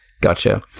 Gotcha